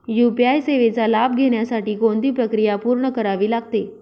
UPI सेवेचा लाभ घेण्यासाठी कोणती प्रक्रिया पूर्ण करावी लागते?